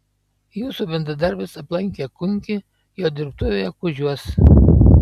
jūsų bendradarbis aplankė kunkį jo dirbtuvėje kužiuos